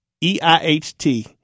E-I-H-T